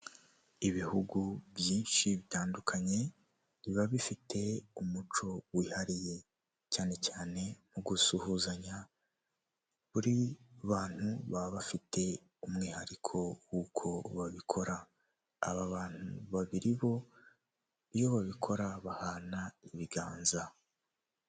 Inzu ifite amabati y'umutuku agaragara nkaho ashaje ikaba ifite antene ya kanari purisi kuburyo bareba umupira uko babishatse iri mu gipangu kiri munsi y'umuhanda